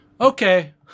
Okay